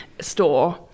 store